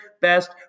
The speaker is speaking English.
best